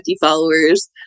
followers